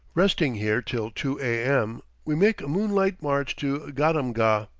resting here till two a m, we make a moonlight march to gadamgah,